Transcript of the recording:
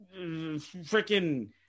freaking